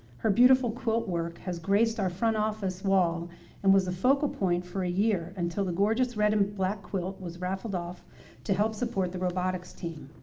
her beautiful quilt work has graced our front office wall and was a focal point for a year until the gorgeous red and black quilt was rattled off to help support the robotics team.